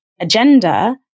agenda